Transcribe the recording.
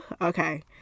Okay